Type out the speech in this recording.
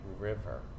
river